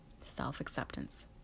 self-acceptance